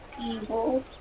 evil